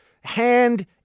hand